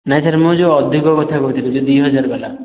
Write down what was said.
ନାଇଁ ସାର୍ ମୁଁ ଯେଉଁ ଅଧିକ କଥା କହୁଥିଲି ଯେଉଁ ଦୁଇ ହଜାରବାଲା